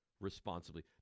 responsibly